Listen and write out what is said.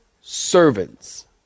servants